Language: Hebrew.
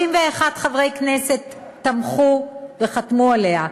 31 חברי כנסת תמכו וחתמו עליה,